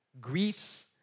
griefs